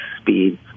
speed